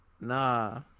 nah